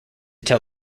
tell